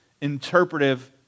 interpretive